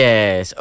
Yes